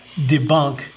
debunk